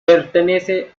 pertenece